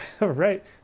Right